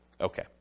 Okay